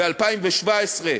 ב-2017,